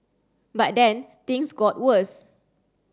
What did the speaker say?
but then things got worse